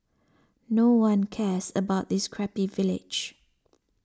no one cares about this crappy village